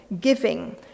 giving